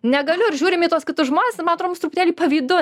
negaliu ir žiūrim į tuos kitus žmones ir man atrodo mums truputėlį pavydu